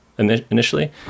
initially